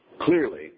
clearly